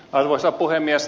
arvoisa puhemies